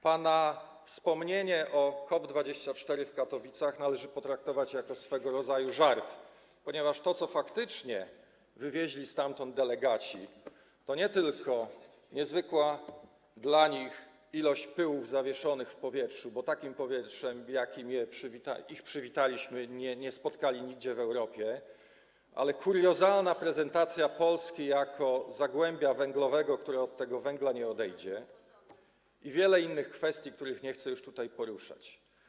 Pana wspomnienie o COP24 w Katowicach należy potraktować jako swego rodzaju żart, ponieważ to, co faktycznie wywieźli stamtąd delegaci, to nie tylko niezwykła dla nich ilość pyłów zawieszonych w powietrzu, bo takiego powietrza, jakim ich przywitaliśmy, nie spotkali nigdzie w Europie, ale i kuriozalna prezentacja Polski jako zagłębia węglowego, która od tego węgla nie odejdzie, i wiele innych kwestii, których nie chcę już tutaj poruszać.